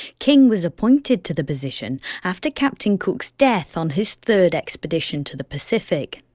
king was appointed to the position after captain cook's death on his third expedition to the pacific.